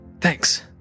Thanks